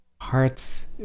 hearts